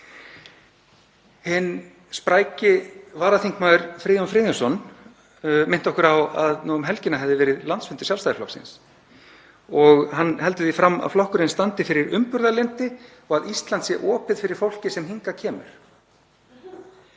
Hinn spræki varaþingmaður, Friðjón Friðjónsson, minnti okkur á að nú um helgina hefði landsfundur Sjálfstæðisflokksins verið haldinn og hann heldur því fram að flokkurinn standi fyrir umburðarlyndi og að Ísland sé opið fyrir fólki sem hingað kemur.